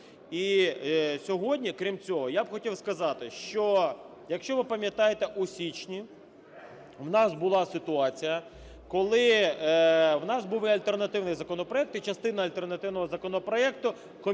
І сьогодні, крім цього, я б хотів сказати, що якщо ви пам'ятаєте, у січні в нас була ситуація, коли в нас був і альтернативний законопроект, і частину альтернативного законопроекту комітетом